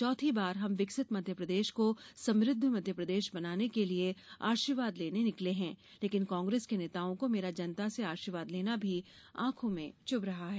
चौथी बार हम विकसित मध्यप्रदेश को समृद्ध मध्यप्रदेश बनाने के लिए आशीर्वाद लेने निकले है लेकिन कांग्रेस के नेताओं को मेरा जनता से आशीर्वाद लेना भी आंखों में चुभ रहा है